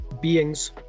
beings